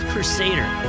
Crusader